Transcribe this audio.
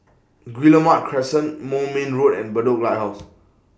Guillemard Crescent Moulmein Road and Bedok Lighthouse